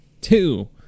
two